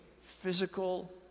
physical